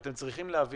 ואתם צריכים להבין